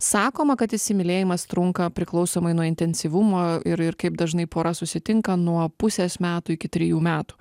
sakoma kad įsimylėjimas trunka priklausomai nuo intensyvumo ir ir kaip dažnai pora susitinka nuo pusės metų iki trijų metų